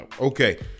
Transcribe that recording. okay